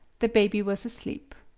the baby was asleep.